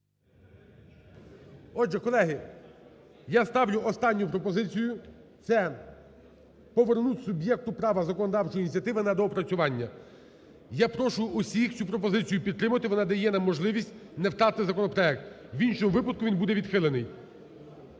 Отже, колеги, я ставлю останню пропозицію. Це повернути суб'єкту права законодавчої ініціативи на доопрацювання. Я прошу всіх цю пропозицію підтримати. Вона дає нам можливість не втратити законопроект. В іншому випадку він буде відхилений.